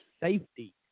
safety